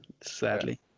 sadly